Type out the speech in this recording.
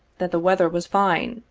that the weather was fine,